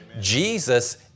Jesus